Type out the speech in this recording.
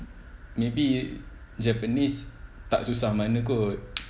maybe japanese tak susah mana kot